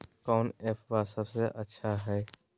कौन एप्पबा सबसे अच्छा हय?